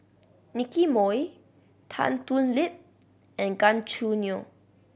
Nicky Moey Tan Thoon Lip and Gan Choo Neo